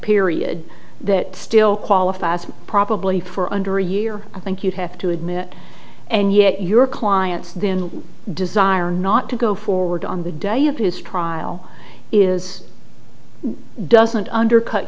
period that still qualifies probably for under a year i think you have to admit and yet your client then desire not to go forward on the day of his trial is doesn't undercut